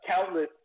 countless